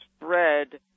spread